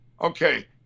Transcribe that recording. Okay